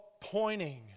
pointing